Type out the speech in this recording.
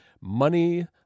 Money